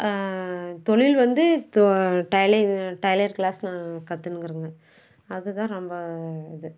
தொழில் வந்து இப்போது டைலர் டைலர் க்ளாஸ் நான் கற்றுன்னு இருக்கிறேங்க அதுதான் ரொம்ப இது